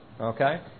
Okay